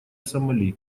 сомали